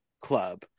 club